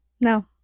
No